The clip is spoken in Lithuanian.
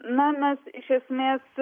na mes iš esmės